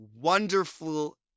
wonderful